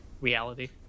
reality